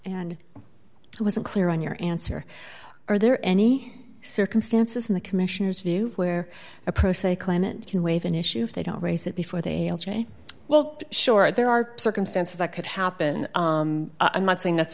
and i wasn't clear on your answer are there any circumstances in the commissioner's view where a pro se claimant can waive an issue if they don't raise it before they say well sure there are circumstances that could happen i'm not saying that's